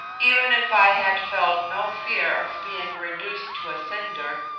even if i had felt no fear of being reduced to a cinder,